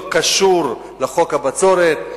זה לא קשור לחוק הבצורת.